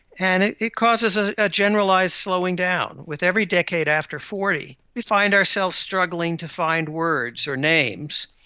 and it it causes a ah generalised slowing down. with every decade after forty we find ourselves struggling to find words or names.